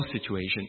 situation